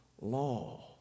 law